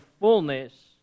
fullness